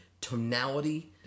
tonality